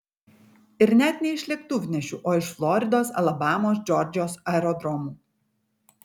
ir net ne iš lėktuvnešių o iš floridos alabamos džordžijos aerodromų